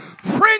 friend